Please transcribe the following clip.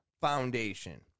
foundation